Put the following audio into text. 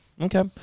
Okay